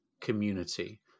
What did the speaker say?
community